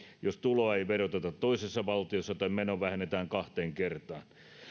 jos tuloa ei veroteta toisessa valtiossa tai meno vähennetään kahteen kertaan